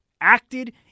acted